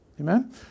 Amen